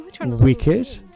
Wicked